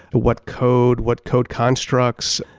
but what code, what code constructs,